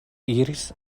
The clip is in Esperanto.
iris